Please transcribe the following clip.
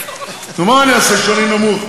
מה אני אעשה שאני נמוך?